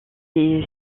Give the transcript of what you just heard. les